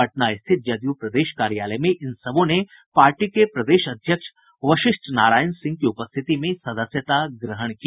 पटना स्थित जदयू प्रदेश कार्यालय में इन सबों ने पार्टी के प्रदेश अध्यक्ष वशिष्ठ नारायण सिंह की उपस्थिति में सदस्यता ग्रहण की